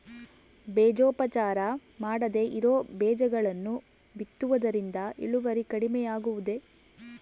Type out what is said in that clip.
ಬೇಜೋಪಚಾರ ಮಾಡದೇ ಇರೋ ಬೇಜಗಳನ್ನು ಬಿತ್ತುವುದರಿಂದ ಇಳುವರಿ ಕಡಿಮೆ ಆಗುವುದೇ?